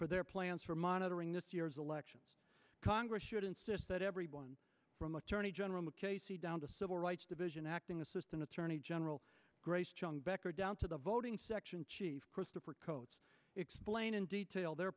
for their plans for monitoring this year's elections congress should insist that everyone from attorney general mukasey down to civil rights division acting assistant attorney general grace chung becker down to the voting section chief christopher coats explain in detail their